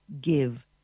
give